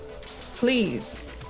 Please